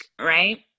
right